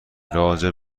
راجع